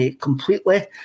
completely